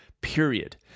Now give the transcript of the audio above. period